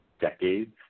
decades